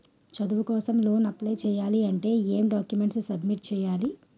చదువు కోసం loan apply చేయాలి అంటే ఎం డాక్యుమెంట్స్ సబ్మిట్ చేయాలి?